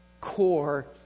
core